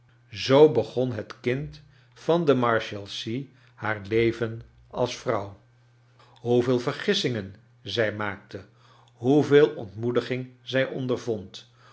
zoo begon het j kind van de marshalsea haar leven als vrouw hoeveel vergissingen zij maakle hoeveel ontmoediging zij ondervond